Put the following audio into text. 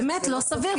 באמת לא סביר.